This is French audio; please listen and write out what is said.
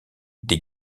des